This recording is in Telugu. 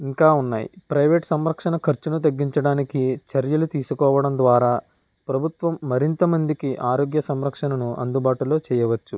ఇంకా ఉన్నాయి ప్రైవేట్ సంరక్షణ ఖర్చును తగ్గించడానికి చర్యలు తీసుకోవడం ద్వారా ప్రభుత్వం మరింత మందికి ఆరోగ్య సంరక్షణను అందుబాటులో చేయవచ్చు